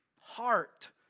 heart